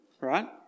right